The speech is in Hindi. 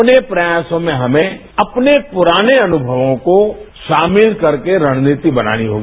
अपने प्रयासों में हमें अपने पुराने अनुभवों को शामिल करके रणनीति बनानी होगी